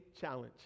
challenge